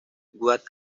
what